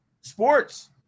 sports